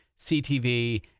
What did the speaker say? CTV